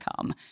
come